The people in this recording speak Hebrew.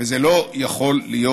וזה לא יכול להיות.